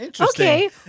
okay